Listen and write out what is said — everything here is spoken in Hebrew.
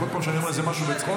כל פעם שאני אומר איזה משהו בצחוק,